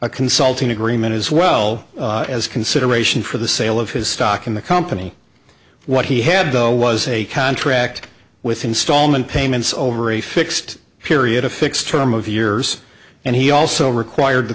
a consulting agreement as well as consideration for the sale of his stock in the company what he had though was a contract with installment payments over a fixed period a fixed term of years and he also required the